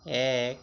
এক